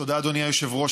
תודה, אדוני היושב-ראש.